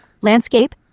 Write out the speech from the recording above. Landscape